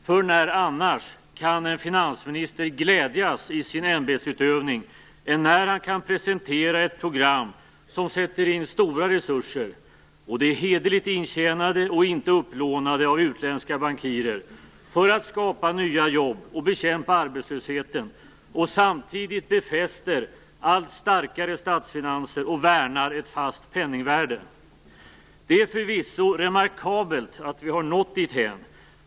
För när annars kan en finansmininister glädjas i sin ämbetsutövning än när han kan presentera ett program som sätter in stora resurser, som är hederligt intjänade och inte upplånade av utländska bankirer, för att skapa nya jobb och bekämpa arbetslösheten, och samtidigt befäster allt starkare statsfinanser och värnar ett fast penningvärde? Det är förvisso remarkabelt att vi har nått dithän.